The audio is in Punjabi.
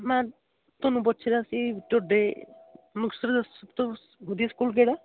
ਮੈਂ ਤੁਹਾਨੂੰ ਪੁੱਛ ਰਿਹਾ ਸੀ ਤੁਹਾਡੇ ਮੁਕਤਸਰ ਦੇ ਸਭ ਤੋਂ ਵਧੀਆ ਸਕੂਲ ਕਿਹੜਾ